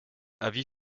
avis